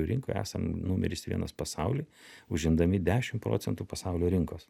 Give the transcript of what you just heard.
rinkoj esam numeris vienas pasauly užimdami dešim procentų pasaulio rinkos